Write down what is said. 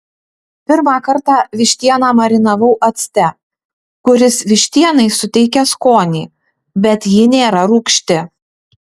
pirmą kartą vištieną marinavau acte kuris vištienai suteikia skonį bet ji nėra rūgšti